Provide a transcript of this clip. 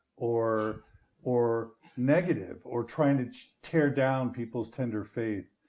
or or negative, or trying to tear down people's tender faith.